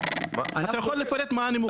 אתה יכול לפרט מה הנימוקים?